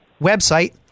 website